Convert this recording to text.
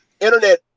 internet